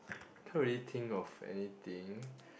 can't really think of anything